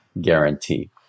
guarantee